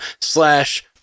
slash